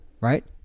right